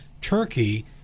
turkey